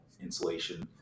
insulation